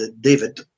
David